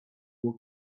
will